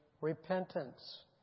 repentance